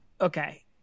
Okay